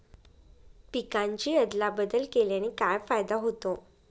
पिकांची अदला बदल केल्याने काय फायदा होतो?